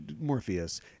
morpheus